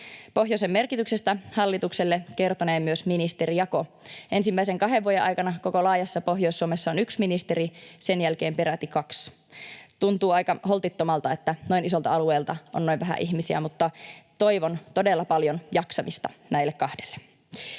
Pohjoisen merkityksestä hallitukselle kertonee myös ministerijako. Ensimmäisen kahden vuoden aikana koko laajassa Pohjois-Suomessa on yksi ministeri, sen jälkeen peräti kaksi. Tuntuu aika holtittomalta, että noin isolta alueelta on noin vähän ihmisiä, mutta toivon todella paljon jaksamista näille kahdelle.